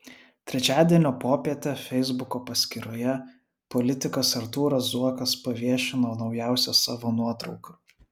trečiadienio popietę feisbuko paskyroje politikas artūras zuokas paviešino naujausią savo nuotrauką